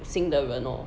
新的人 lor